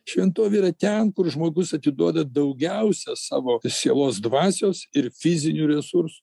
šventovė yra ten kur žmogus atiduoda daugiausiai savo sielos dvasios ir fizinių resursų